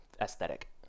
aesthetic